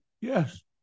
Yes